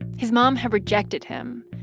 his mom had rejected him.